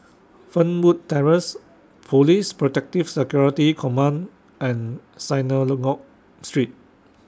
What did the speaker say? Fernwood Terrace Police Protective Security Command and Synagogue Street